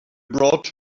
brought